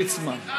ליצמן.